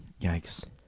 Yikes